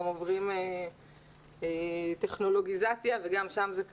עוברים טכנולוגיזציה וגם שם זה קיים.